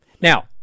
Now